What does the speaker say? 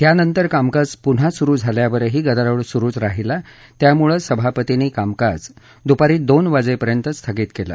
त्यानंतर कामकाज पुन्हा सुरू झाल्यावरही गदारोळ सुरूच राहिल्यानं सभापतींनी कामकाज दुपारी दोन वाजेपर्यंत स्थगित केलं